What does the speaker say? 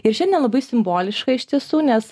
ir šiandien labai simboliška iš tiesų nes